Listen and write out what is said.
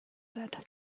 that